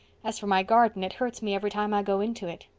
as for my garden, it hurts me every time i go into it.